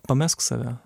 pamesk save